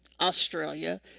Australia